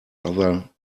other